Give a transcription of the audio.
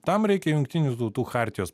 tam reikia jungtinių tautų chartijos